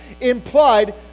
implied